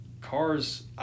Cars